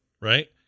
right